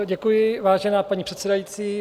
Děkuji, vážená paní předsedající.